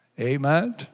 Amen